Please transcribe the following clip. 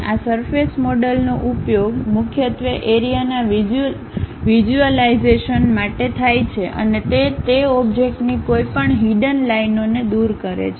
આ સરફેસના મોડલ નો ઉપયોગ મુખ્યત્વે એરીયાના વિઝ્યુલાઇઝેશન માટે થાય છે અને તે તે ઓબ્જેક્ટની કોઈપણ હિડન લાઈનઓને દૂર કરે છે